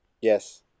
Yes